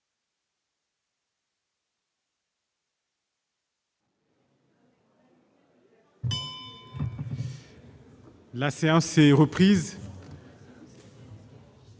La séance est reprise.